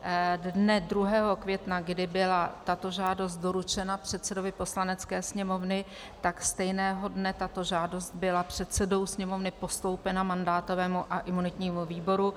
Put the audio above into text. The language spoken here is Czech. Dne 2. května, kdy byla tato žádost doručena předsedovi Poslanecké sněmovny, tak stejného dne tato žádost byla předsedou Sněmovny postoupena mandátovému a imunitnímu výboru.